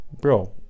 Bro